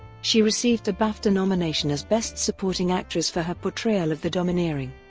she received a bafta nomination as best supporting actress for her portrayal of the domineering,